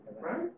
right